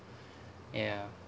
ya